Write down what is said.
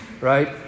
right